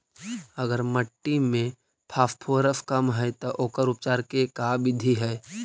अगर मट्टी में फास्फोरस कम है त ओकर उपचार के का बिधि है?